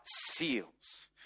seals